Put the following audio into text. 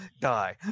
Die